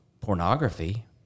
pornography